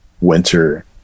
winter